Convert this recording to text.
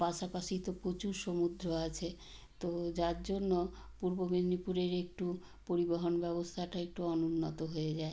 পাশাপাশি তো প্রচুর সমুদ্র আছে তো যার জন্য পূর্ব মেদিনীপুরের একটু পরিবহন ব্যবস্থাটা একটু অনুন্নত হয়ে যায়